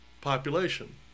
population